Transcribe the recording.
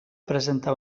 presentar